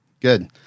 Good